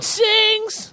sings